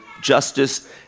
justice